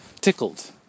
tickled